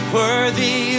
worthy